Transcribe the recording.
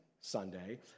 Sunday